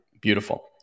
beautiful